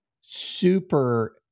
super